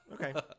Okay